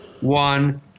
one